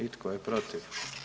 I tko je protiv?